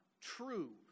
true